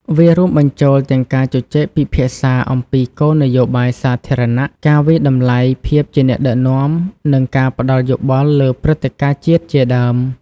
វារួមបញ្ចូលទាំងការជជែកពិភាក្សាអំពីគោលនយោបាយសាធារណៈ ការវាយតម្លៃភាពជាអ្នកដឹកនាំ និងការផ្ដល់យោបល់លើព្រឹត្តិការណ៍ជាតិជាដើម។